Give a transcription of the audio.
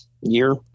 year